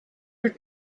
your